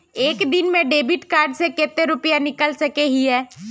एक दिन में डेबिट कार्ड से कते रुपया निकल सके हिये?